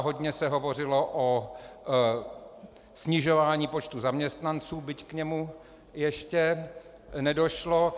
Hodně se hovořilo o snižování počtu zaměstnanců, byť k němu ještě nedošlo.